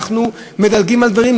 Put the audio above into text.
אנחנו מדלגים על דברים,